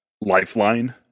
lifeline